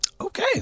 Okay